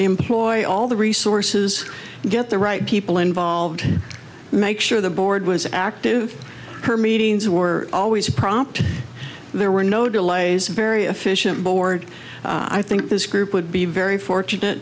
employ all the resources to get the right people involved make sure the board was active her meetings were always prompt there were no delays very efficient board i think this group would be very fortunate